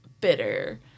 bitter